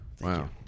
Wow